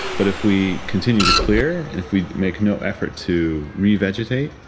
but if we continue to clear and if we make no effort to revegetate,